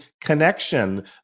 connection